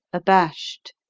abashed,